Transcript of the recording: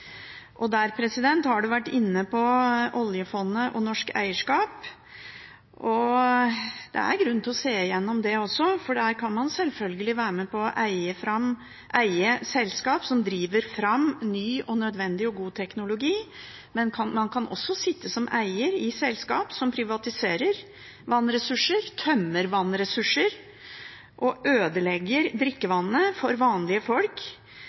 og bransjer knyttet til det, å se hva det er av politikkfeltet vann som ikke kan være kommersialisert og privatisert. En har vært inne på oljefondet og norsk eierskap, og det er grunn til å se igjennom det også, for en kan selvfølgelig være med på å eie selskap som driver fram ny, nødvendig og god teknologi, men man kan også sitte som eier i selskap som privatiserer vannressurser,